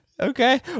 okay